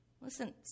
Listen